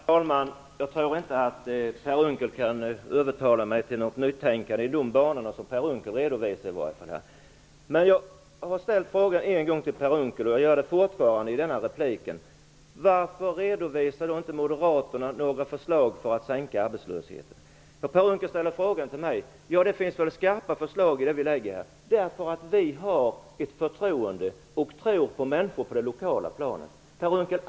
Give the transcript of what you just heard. Herr talman! Jag tror inte att Per Unckel kan övertala mig till något nytänkande i de banor som han redovisar. Jag har ställt en fråga till Per Unckel och gör det igen: Varför redovisar inte Moderaterna några förslag för att sänka arbetslösheten? Per Unckel ställde en fråga till mig om de skarpa förslag som vi lägger fram. Sådana har vi därför att vi har förtroende för och tro på människor på det lokala planet.